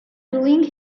doing